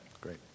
Great